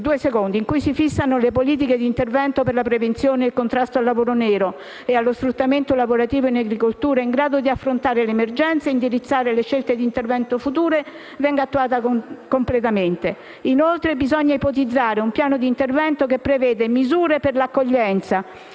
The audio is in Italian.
legge, in cui si fissano le politiche di intervento per la prevenzione e il contrasto al lavoro nero e allo sfruttamento lavorativo in agricoltura in grado di affrontare le emergenze e indirizzare le scelte di intervento future, venga attuata completamente. Inoltre, bisogna ipotizzare un piano di intervento che preveda misure per l'accoglienza,